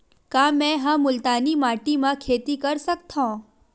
का मै ह मुल्तानी माटी म खेती कर सकथव?